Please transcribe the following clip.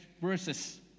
verses